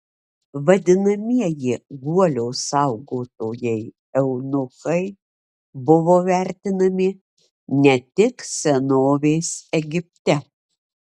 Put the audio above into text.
vadinamieji guolio saugotojai eunuchai buvo vertinami ne tik senovės egipte